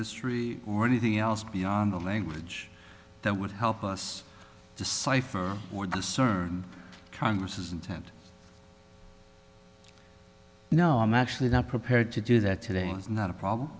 history or anything else beyond the language that would help us decipher or discern congress's intent no i'm actually not prepared to do that today it's not a problem